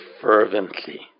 fervently